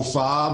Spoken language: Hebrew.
הופעה,